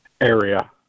area